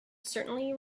certainly